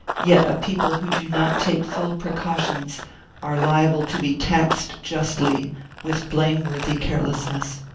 yet a people who do not take full precautions are liable to be taxed justly with blameworthy carelessness.